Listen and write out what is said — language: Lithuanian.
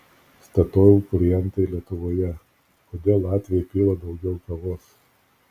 statoil klientai lietuvoje kodėl latviai pila daugiau kavos